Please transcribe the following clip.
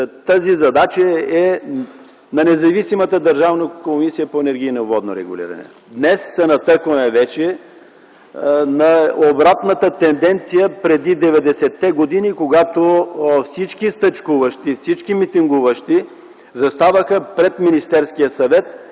тази задача е на независимата Държавната комисия за енергийно и водно регулиране. Днес се натъкваме вече на обратната тенденция преди деветдесетте години, когато всички стачкуващи, всички митингуващи, заставаха пред Министерския съвет